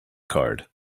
card